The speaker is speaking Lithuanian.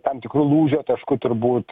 tam tikru lūžio tašku turbūt